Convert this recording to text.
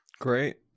Great